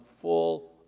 full